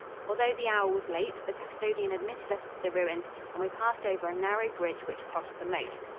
although the hour was late, the custodian admitted us to the ruins and we passed over a narrow bridge which crossed the moat.